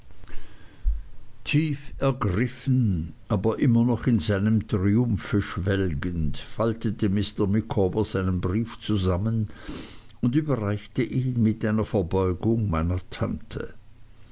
tief ergriffen aber immer noch in seinem triumphe schwelgend faltete mr micawber seinen brief zusammen und überreichte ihn mit einer verbeugung meiner tante